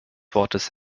wortes